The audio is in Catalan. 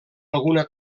alguna